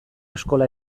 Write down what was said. eskola